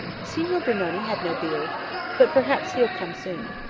signor brunoni had no beard but perhaps he'll come soon.